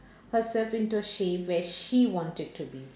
herself into shape where she wanted to be